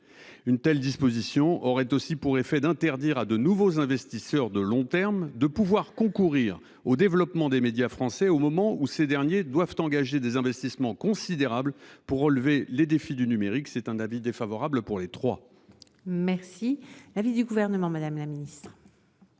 Une telle disposition aurait aussi pour effet d'interdire à de nouveaux investisseurs de long terme de pouvoir concourir au développement des médias français au moment où ces derniers doivent engager des investissements considérables pour relever les défis du numérique. La commission a donc émis un avis défavorable. Quel est l'avis du Gouvernement ? Depuis les